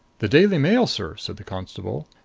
the daily mail, sir, said the constable.